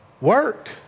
work